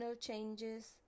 changes